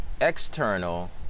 external